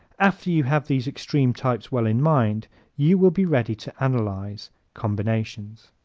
after you have these extreme types well in mind you will be ready to analyze combinations.